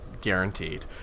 guaranteed